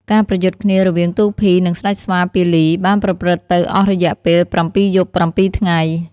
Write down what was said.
ការប្រយុទ្ធគ្នារវាងទូភី និងស្ដេចស្វា ពាលី បានប្រព្រឹត្តទៅអស់រយៈពេល៧យប់៧ថ្ងៃ។